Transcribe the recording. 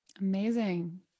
Amazing